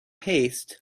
haste